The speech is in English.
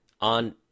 on